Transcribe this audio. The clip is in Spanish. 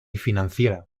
financiera